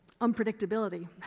unpredictability